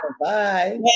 Bye